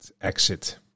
exit